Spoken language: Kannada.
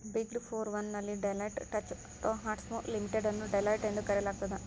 ಬಿಗ್ಡೆ ಫೋರ್ ಒನ್ ನಲ್ಲಿ ಡೆಲಾಯ್ಟ್ ಟಚ್ ಟೊಹ್ಮಾಟ್ಸು ಲಿಮಿಟೆಡ್ ಅನ್ನು ಡೆಲಾಯ್ಟ್ ಎಂದು ಕರೆಯಲಾಗ್ತದ